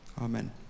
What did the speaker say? Amen